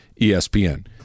ESPN